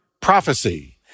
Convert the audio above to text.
prophecy